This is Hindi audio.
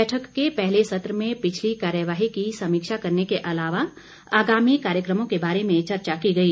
बैठक के पहले सत्र में पिछली कार्यवाही की समीक्षा करने के अलावा आगामी कार्यक्रमों के बारे में चर्चा की गई